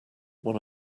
one